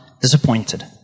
disappointed